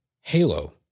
Halo